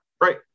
Right